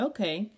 Okay